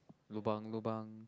lobang lobang